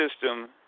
system